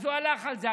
אז הוא הלך על זה.